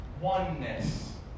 oneness